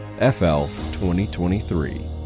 FL2023